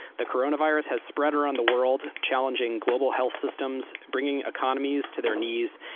the coronavirus has spread around the world, challenging global health systems, bringing economies to their knees,